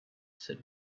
said